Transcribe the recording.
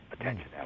attention